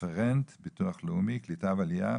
רפרנט ביטוח לאומי, קליטה ועלייה